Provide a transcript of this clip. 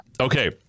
Okay